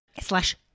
Slash